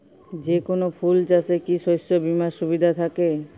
যেকোন ফুল চাষে কি শস্য বিমার সুবিধা থাকে?